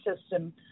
system